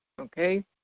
okay